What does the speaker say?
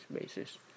basis